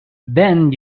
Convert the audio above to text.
then